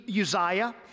Uzziah